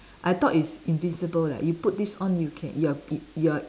I thought it's invisible leh you put this on you can you are you are